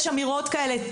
יש אמירות כאלה,